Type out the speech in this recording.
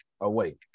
away